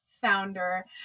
founder